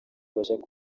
bashake